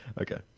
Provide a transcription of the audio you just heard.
okay